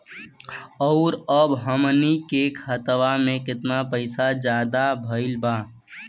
और अब हमनी के खतावा में कितना पैसा ज्यादा भईल बा?